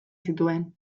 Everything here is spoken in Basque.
zituen